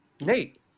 Nate